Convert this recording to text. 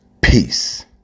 Peace